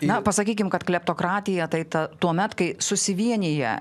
na pasakykim kad kleptokratija tai ta tuomet kai susivienija